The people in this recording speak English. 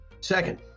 Second